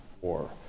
War